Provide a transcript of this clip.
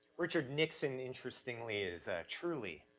richard nixon interestingly is truly.